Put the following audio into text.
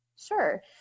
Sure